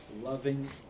loving